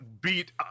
Beat